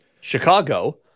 Chicago